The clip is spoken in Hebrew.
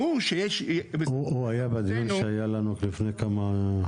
ברור שיש --- הוא היה בדיון שהיה לנו לפני כמה חודשים.